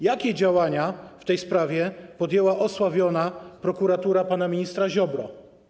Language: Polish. Jakie działania w tej sprawie podjęła osławiona prokuratura pana ministra Ziobry?